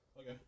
Okay